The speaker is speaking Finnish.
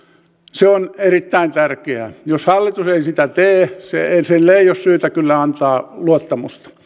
se on erittäin tärkeää jos hallitus ei sitä tee sille ei kyllä ole syytä antaa luottamusta